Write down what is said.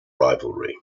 rivalry